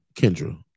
Kendra